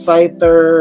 Fighter